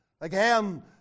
Again